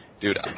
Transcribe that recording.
dude